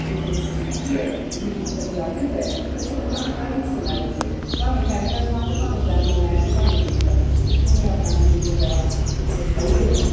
ओह्दी जेहड़ी संस्कृति ऐ ओह्दी जेह्ड़ी पंजाबियत ऐ ओह्दे कन कन च समाई दी ऐ भामें कैनेडा जान ते भामें जान इंग्लैंड ते भामें अमरीका उत्थै उ'नें अपना मिनी पंजाब इक बसाई गै लैना